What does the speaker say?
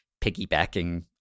piggybacking